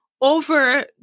over